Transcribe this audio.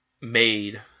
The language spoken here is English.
made